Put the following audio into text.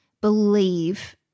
believe